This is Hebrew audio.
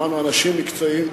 שמענו אנשים מקצועיים.